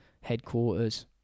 headquarters